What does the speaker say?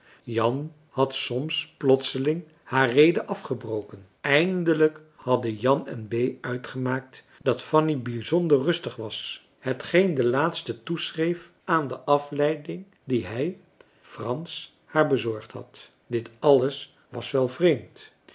jan had soms plotseling haar rede afgebroken eindelijk hadden jan en bee uitgemaakt dat fanny bijzonder rustig was hetgeen de laatste toeschreef aan de afleiding die hij frans haar bezorgd had dit alles was wel vreemd